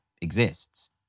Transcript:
exists